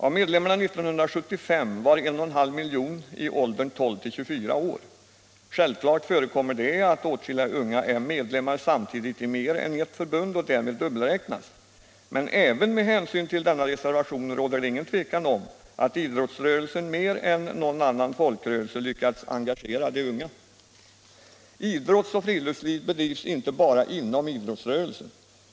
Av medlemmarna år 1975 var 1,5 miljoner i åldern 12-24 år. Självfallet förekommer det att åtskilliga unga människor samtidigt är medlemmar i mer än ett förbund och därmed dubbelräknas, men även med hänsyn till denna reservation råder det inget tvivel om att idrottsrörelsen mer än någon annan folkrörelse lyckas engagera de unga. Idrotts och friluftsliv bedrivs inte bara inom idrottsrörelsen.